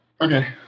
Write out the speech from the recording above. Okay